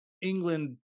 England